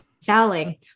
selling